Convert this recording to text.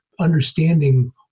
understanding